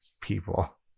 people